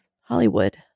Hollywood